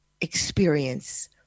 experience